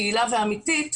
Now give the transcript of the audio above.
פעילה ואמיתית